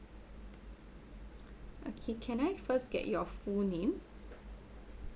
okay can I first get your full name